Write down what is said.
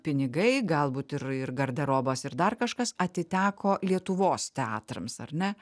pinigai galbūt ir ir garderobas ir dar kažkas atiteko lietuvos teatrams ar ne